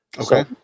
Okay